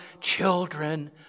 children